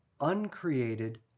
uncreated